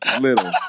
Little